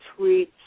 tweets